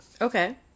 Okay